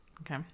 Okay